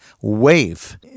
wave